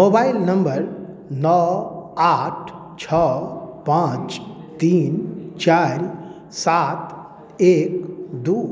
mobile number नओ आठ छओ पाँच तीन चारि सात एक दुइ